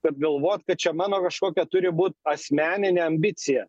kad galvot kad čia mano kažkokia turi būt asmeninė ambicija